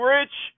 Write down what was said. Rich